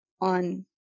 on